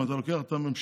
אם אתה לוקח את הממשלה,